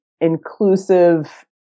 inclusive